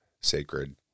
sacred